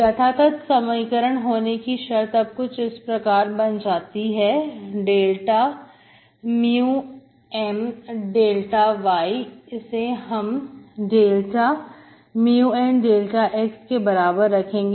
यथार्थ समीकरण होने की शर्त अब कुछ इस प्रकार बन जाती है ∂μM∂y इसे हम ∂μN∂x के बराबर रखेंगे